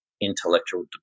intellectual